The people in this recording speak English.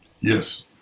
Yes